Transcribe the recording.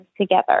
together